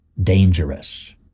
dangerous